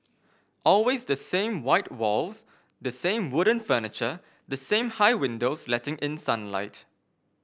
always the same white walls the same wooden furniture the same high windows letting in sunlight